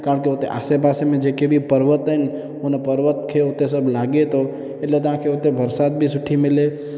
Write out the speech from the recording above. छाकाणि कि उते आसे पासे में जेके बि पर्वत आहिनि उन पर्वत खे उते सभु लाॻे थो इन लाइ तव्हां खे उते बरसाति बि सुठी मिले